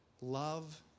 love